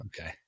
Okay